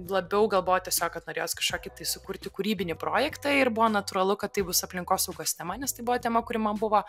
labiau gal buvo tiesiog kad norėjos kažkokį tai sukurti kūrybinį projektą ir buvo natūralu kad tai bus aplinkosaugos tema nes tai buvo tema kuri man buvo